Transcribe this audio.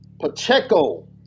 Pacheco